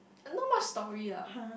not much story lah